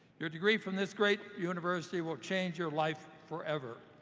your degree from this great university will change your life forever.